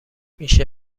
میشه